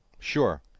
Sure